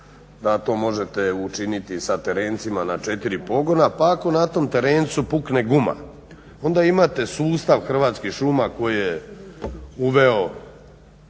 da to možete učiniti sa terencima na 4 pogona pa ako na tom terencu pukne guma onda imate sustav Hrvatskih šuma koje je uveo